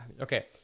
Okay